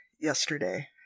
yesterday